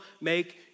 make